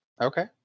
okay